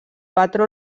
patró